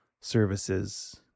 services